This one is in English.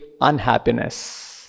unhappiness